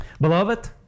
Beloved